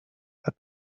are